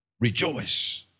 Rejoice